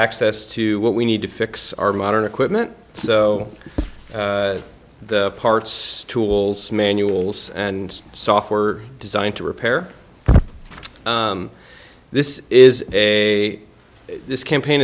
access to what we need to fix our modern equipment so parts tools manuals and software design to repair this is a this campaign